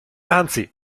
anzi